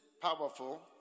powerful